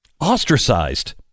Ostracized